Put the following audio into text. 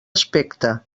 aspecte